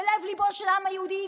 בלב-ליבו של העם היהודי,